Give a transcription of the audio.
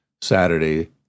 Saturday